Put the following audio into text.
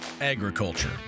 agriculture